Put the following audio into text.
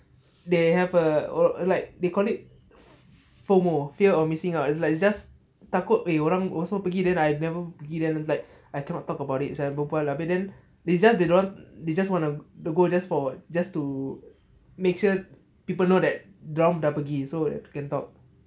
they have a or like they call it fomo fear of missing out it's like it's just takut eh orang also pergi then I never pergi it's like I cannot talk about it [sial] berbual abeh then they just they don't they just want to go just for just to make sure people know that dia orang dah pergi so that can talk